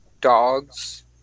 dogs